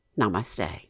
namaste